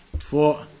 four